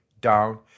down